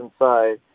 inside